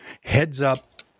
heads-up